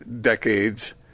decades